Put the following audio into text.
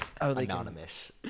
Anonymous